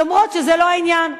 למרות שזה לא העניין.